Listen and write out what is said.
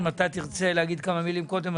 אם אתה תרצה לומר כמה מילים קודם,